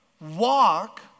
walk